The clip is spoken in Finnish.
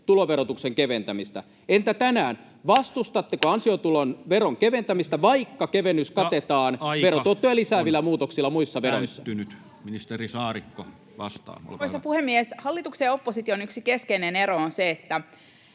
tuloverotuksen keventämistä. Entä tänään, vastustatteko ansiotulon veron keventämistä, vaikka kevennys katetaan verotuottoja lisäävillä muutoksilla muissa veroissa? Ja aika on täyttynyt. — Ministeri Saarikko vastaa, olkaa hyvä. Arvoisa puhemies! Hallituksen ja opposition yksi keskeinen ero on se, että